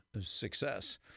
success